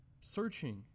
searching